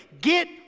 Get